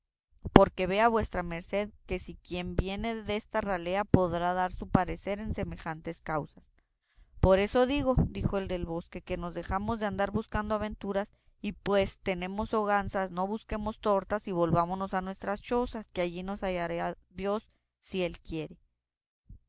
porque vea vuestra merced si quien viene desta ralea podrá dar su parecer en semejantes causas por eso digo dijo el del bosque que nos dejemos de andar buscando aventuras y pues tenemos hogazas no busquemos tortas y volvámonos a nuestras chozas que allí nos hallará dios si él quiere